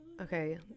okay